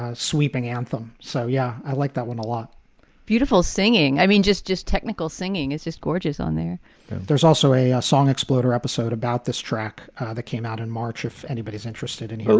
ah sweeping anthem. so, yeah, i like that one a lot beautiful singing. i mean, just just technical singing is just gorgeous on there there's also a a song exploder episode about this track that came out in march, if anybody's interested in hearing.